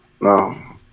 No